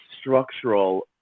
structural